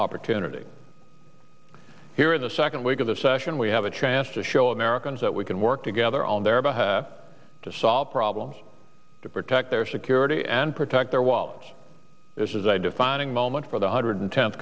opportunity here in the second week of the session we have a chance to show americans that we can work together on their behalf to solve problems to protect their security and protect their wallets this is a defining moment for the hundred tenth